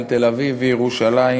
על תל-אביב וירושלים,